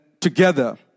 together